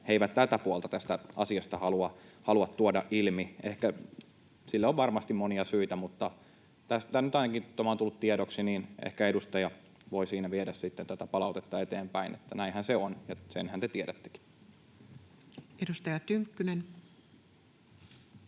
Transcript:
he eivät tätä puolta tästä asiasta halua tuoda ilmi. Siihen on varmasti monia syitä, mutta kun tämä nyt tässä ainakin on tullut tiedoksi, niin ehkä edustaja voi viedä sitten tätä palautetta eteenpäin, että näinhän se on, ja senhän te tiedättekin. [Speech